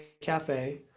cafe